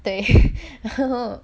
对 ya lor